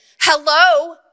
hello